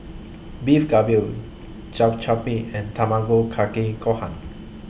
Beef Galbi and Tamago Kake Gohan